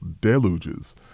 deluges